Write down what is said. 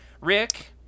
Rick